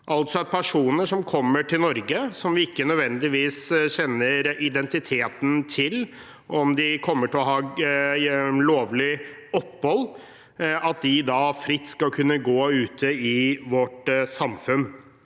mottak. Personer som kommer til Norge, som vi ikke nødvendigvis kjenner identiteten til eller vet om kommer til å ha lovlig opphold, skal fritt kunne gå ute i vårt samfunn.